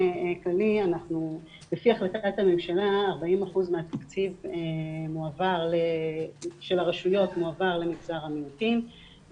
לפי החלטת הממשלה 40% מהתקציב של הרשויות מועבר למגזר המיעוטים,